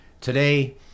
Today